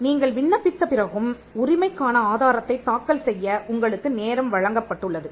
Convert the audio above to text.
நீங்கள் விண்ணப்பித்த பிறகும் உரிமைக்கான ஆதாரத்தைத் தாக்கல் செய்ய உங்களுக்கு நேரம் வழங்கப்பட்டுள்ளது